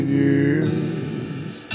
years